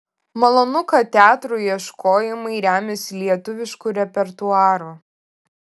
malonu kad teatrų ieškojimai remiasi lietuvišku repertuaru